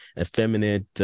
effeminate